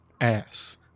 ass